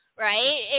Right